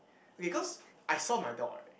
okay cause I saw my dog right